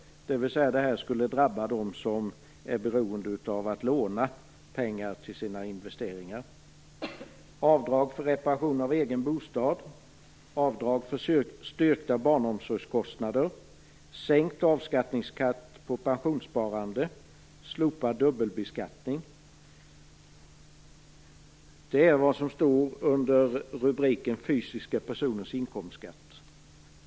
Detta skulle alltså drabba dem som är beroende av att låna pengar till sina investeringar. Avdrag för reparation av egen bostad. Avdrag för styrkta barnomsorgskostnader. Det är vad som står under rubriken Fysiska personers inkomstskatt.